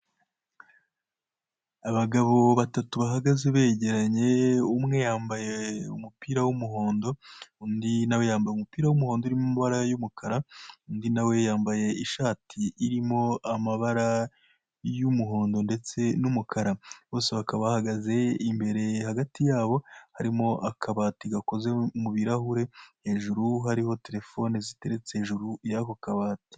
Abagabo batatu bahagaze begeranye, umwe yambaye umupira w'umuhondo, undi na we yambaye umupira w'umuhondo urimo amabara y'umukara, undi na we yambaye ishati irimo amabara y'umuhondo ndetse n'umukara, bose bakaba bahagaze imbere hagati yabo harimo akabati gakoze mu birahure, hejuru hariho terefone ziteretse hejuru y'ako kabati.